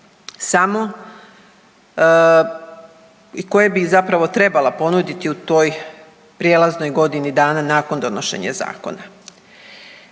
bile i koje bi zapravo trebala ponuditi u toj prijelaznoj godini dana nakon donošenja Zakona.